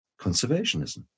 conservationism